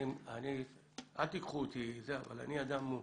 אני אדם,